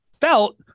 felt